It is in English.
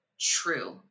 true